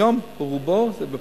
היום רובו זה בפרטי.